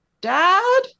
Dad